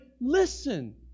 listen